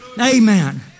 Amen